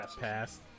Passed